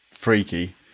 Freaky